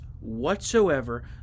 whatsoever